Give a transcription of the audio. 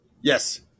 Yes